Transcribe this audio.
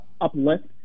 uplift